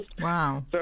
Wow